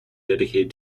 dedicated